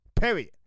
Period